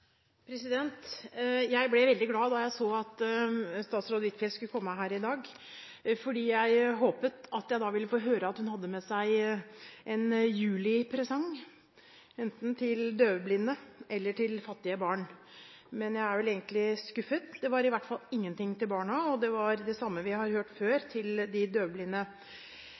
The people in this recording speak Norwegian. Jeg ble veldig glad da jeg så at statsråd Huitfeldt skulle komme her i dag, fordi jeg håpet at jeg da ville få høre at hun hadde med seg en «juli-presang», enten til døvblinde eller til fattige barn. Jeg er vel egentlig skuffet. Det var iallfall ingenting til barna, og det var det samme som vi har hørt før, til de